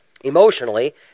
emotionally